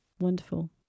wonderful